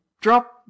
Drop